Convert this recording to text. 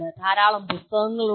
ധാരാളം പുസ്തകങ്ങളുണ്ട്